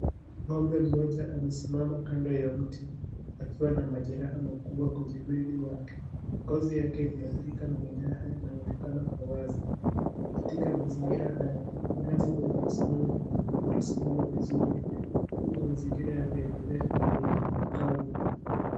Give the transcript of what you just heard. Ng'ombe moja amesimama kando ya mti akiwa na majiraha makubwa kwenye mwili wake ngozi yake imeadhirika katika mazingira haya ng'ombe imesimama vizuri huku inaonyesha kavu.